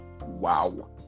Wow